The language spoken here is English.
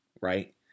right